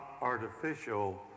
artificial